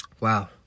wow